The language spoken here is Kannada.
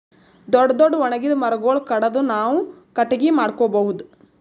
ದೊಡ್ಡ್ ದೊಡ್ಡ್ ಒಣಗಿದ್ ಮರಗೊಳ್ ಕಡದು ನಾವ್ ಕಟ್ಟಗಿ ಮಾಡ್ಕೊಬಹುದ್